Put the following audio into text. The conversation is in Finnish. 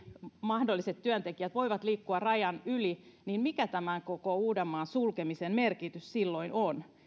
mahdolliset työntekijät voivat liikkua rajan yli niin mikä tämän koko uudenmaan sulkemisen merkitys silloin on